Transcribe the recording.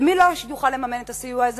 ומי שלא יוכל לממן את הסיוע הזה,